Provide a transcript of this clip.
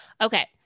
okay